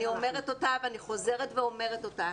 אני אומרת אותה ואני חוזרת ואומרת אותה.